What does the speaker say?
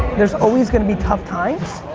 there's always gonna be tough times.